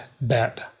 bet